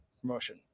promotion